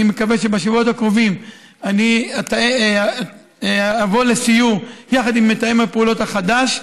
אני מקווה שבשבועות הקרובים אני אבוא לסיור יחד עם מתאם הפעולות החדש,